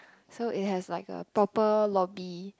so it has like a proper lobby